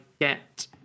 get